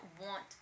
want